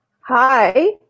Hi